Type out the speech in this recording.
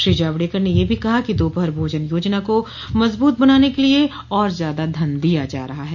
श्री जावड़ेकर ने यह भी कहा कि दोपहर भोजन योजना को मजबूत बनाने के लिए और ज्यादा धन दिया जा रहा है